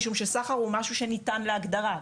משום שסחר הוא משהו שניתן להגדרה,